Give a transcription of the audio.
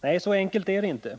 Nej, så enkelt är det inte!